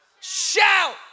Shout